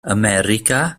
america